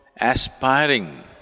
aspiring